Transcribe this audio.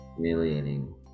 humiliating